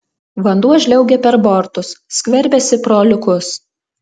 vanduo žliaugia per bortus skverbiasi pro liukus